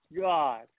God